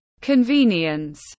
convenience